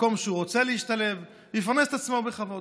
במקום שהוא רוצה להשתלב ויפרנס את עצמו בכבוד.